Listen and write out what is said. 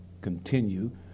continue